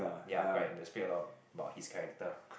ya correct and to speak a lot about his character